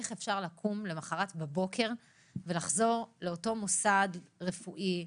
איך אפשר לקום למוחרת בבוקר ולחזור לאותו מוסד רפואי,